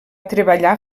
treballar